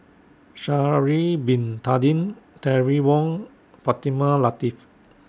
Sha'Ari Bin Tadin Terry Wong and Fatimah Lateef